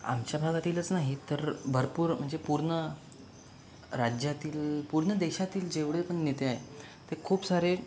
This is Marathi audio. आमच्या भागातीलच नाही तर भरपूर म्हणजे पूर्ण राज्यातील पूर्ण देशातील जेवढे पण नेते आहे ते खूप सारे